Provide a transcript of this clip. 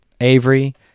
Avery